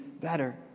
better